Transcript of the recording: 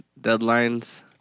deadlines